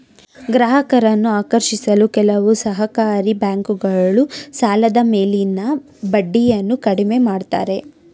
ಗ್ರಾಹಕರನ್ನು ಆಕರ್ಷಿಸಲು ಕೆಲವು ಸಹಕಾರಿ ಬ್ಯಾಂಕುಗಳು ಸಾಲದ ಮೇಲಿನ ಬಡ್ಡಿಯನ್ನು ಕಡಿಮೆ ಮಾಡುತ್ತಾರೆ